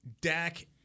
Dak